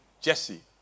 Jesse